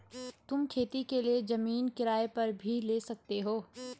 तुम खेती के लिए जमीन किराए पर भी ले सकते हो